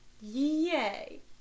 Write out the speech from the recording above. Yay